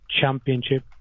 championship